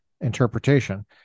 interpretation